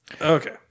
Okay